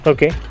Okay